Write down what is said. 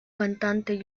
cantante